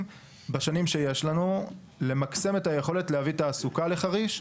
בשנים שיש לנו למקסם את היכולת להביא תעסוקה לחריש,